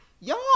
Y'all